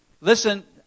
Listen